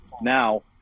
now